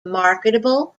marketable